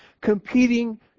Competing